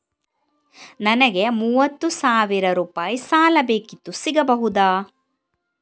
ನನಗೆ ಮೂವತ್ತು ಸಾವಿರ ರೂಪಾಯಿ ಸಾಲ ಬೇಕಿತ್ತು ಸಿಗಬಹುದಾ?